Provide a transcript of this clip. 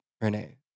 Renee